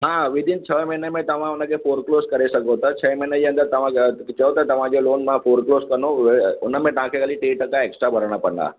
हा विदइन छह महीने में तव्हां हुनखे फ़ॉरक्लोज़ करे सघो था छइ महीने जे अंदरि तव्हांजा चयो त तव्हांजो लोन मां फ़ॉरक्लोज़ कंदमि हुन में तव्हांखे ख़ाली टे टका एक्स्ट्रा भरिणा पवंदा